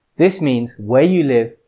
this means where you live,